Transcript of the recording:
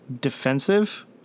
defensive